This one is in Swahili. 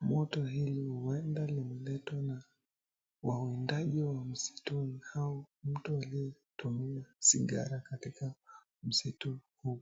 moto hili huenda limeletwa na waundaji wa misituni au mtu aliye tumia sigara katika msitu huu.